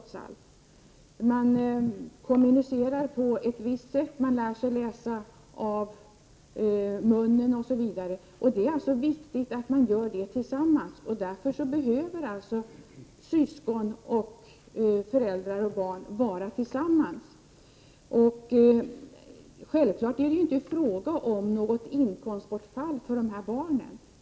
Man kommunicerar på ett visst sätt, man lär sig läsa av munnen, osv., och det är viktigt att man gör det tillsammans. Därför behöver barnen, deras föräldrar och syskon vara tillsammans. Självfallet är det inte fråga om något inkomstbortfall för syskonen.